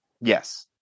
yes